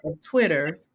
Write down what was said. Twitter